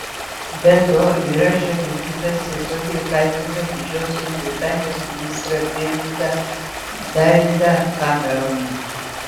be to įraše žudikas tiesiogiai kaltina didžiosios britanijos ministrą pirmininką davidą cameroną